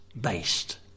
based